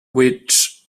which